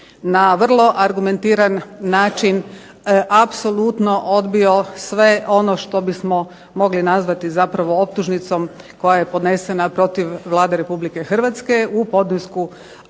na vrlo argumentiran način apsolutno odbio sve ono što bismo mogli nazvati zapravo optužnicom koja je podnesena protiv Vlade RH u podnesku